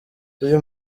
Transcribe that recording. uyu